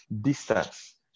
distance